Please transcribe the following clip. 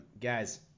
guys